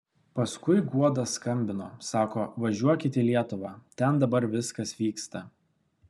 paskui guoda skambino sako važiuokit į lietuvą ten dabar viskas vyksta